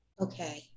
Okay